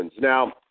now